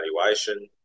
valuation